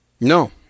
No